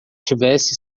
tivesse